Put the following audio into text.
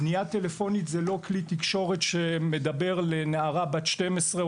פנייה טלפונית זה לא כלי תקשורת שמדבר לנערה בת 12,